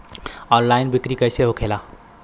Online बिक्री कैसे होखेला?